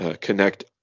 connect